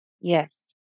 yes